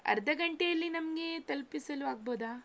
ಅರ್ಧ ಗಂಟೆಯಲ್ಲಿ ನಮಗೆ ತಲುಪಿಸಲು ಆಗಬೋದಾ